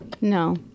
No